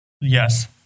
Yes